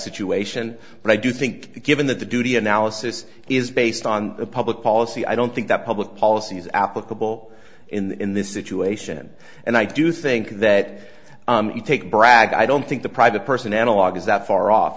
situation but i do think that given that the duty analysis is based on a public policy i don't think that public policy is applicable in this situation and i do think that you take bragg i don't think the private person analog is that far off